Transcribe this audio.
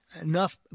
enough